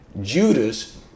Judas